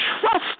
trust